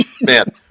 man